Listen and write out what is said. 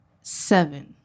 seven